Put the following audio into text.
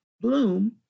bloom